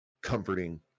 comforting